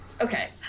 Okay